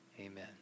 Amen